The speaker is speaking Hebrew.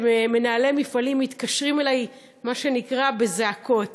שמנהלי מפעלים מתקשרים אלי מה שנקרא בזעקות.